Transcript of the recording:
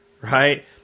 right